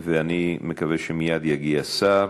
ואני מקווה שמייד יגיע שר: